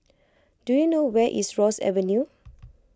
do you know where is Ross Avenue